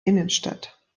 innenstadt